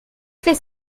fait